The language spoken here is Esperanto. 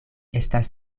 estas